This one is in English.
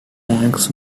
tanks